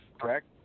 correct